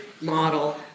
model